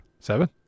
Seven